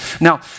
Now